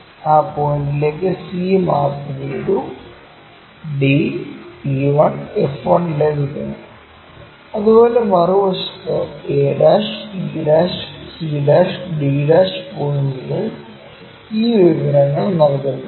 ആ പോയിന്റിലേക്കു c map ചെയ്തു d e 1 f 1 ലഭിക്കുന്നു അതുപോലെ മറുവശത്ത് a e c d' പോയിന്റുകൾ ഈ വിവരങ്ങൾ നൽകുന്നു